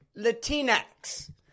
Latinx